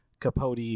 capote